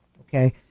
okay